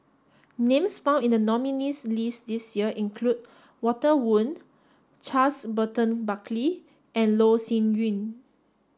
names found in the nominees' list this year include Walter Woon Charles Burton Buckley and Loh Sin Yun